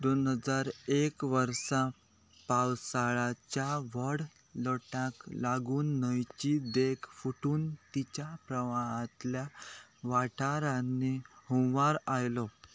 दोन हजार एक वर्सा पावसाळाच्या व्हड लोटाक लागून न्हंयची देख फुटून तिच्या प्रवाहांतल्या वाठारांनी हुंवार आयलो